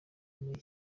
muri